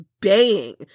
baying